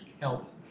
help